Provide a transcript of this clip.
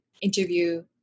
interview